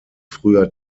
früher